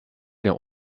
der